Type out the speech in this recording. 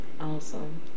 awesome